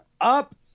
up